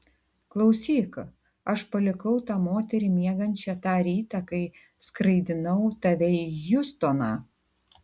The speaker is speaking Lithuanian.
klausyk aš palikau tą moterį miegančią tą rytą kai skraidinau tave į hjustoną